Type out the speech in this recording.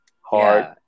Hard